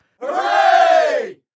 Hooray